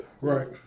Right